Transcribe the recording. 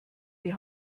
die